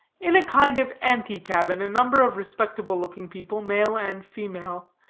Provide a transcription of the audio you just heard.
in a kind of ante-cabin, a number of respectable looking people, male and female,